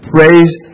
Praise